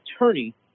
attorney